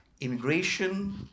immigration